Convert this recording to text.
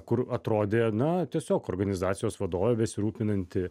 kur atrodė na tiesiog organizacijos vadovė besirūpinanti